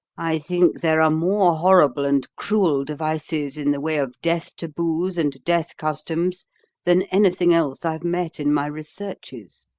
i think there are more horrible and cruel devices in the way of death-taboos and death-customs than anything else i've met in my researches.